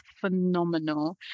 phenomenal